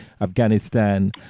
Afghanistan